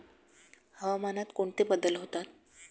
हवामानात कोणते बदल होतात?